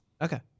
Okay